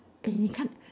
eh 你看 !aiya! 你看你后面你